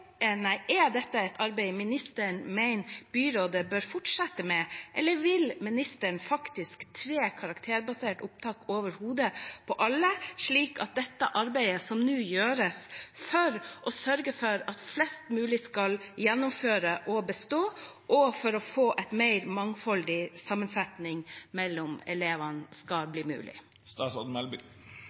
ministeren mener byrådet bør fortsette med, eller vil ministeren faktisk tre karakterbasert opptak ned over hodet på alle, slik at dette arbeidet som nå gjøres for å sørge for at flest mulig skal gjennomføre og bestå, og for å få en mer mangfoldig sammensetning av elever, skal bli mulig?